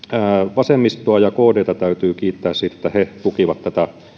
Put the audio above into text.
vasemmistoa ja kdtä täytyy kiittää siitä että he tukivat tätä